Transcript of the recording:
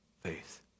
faith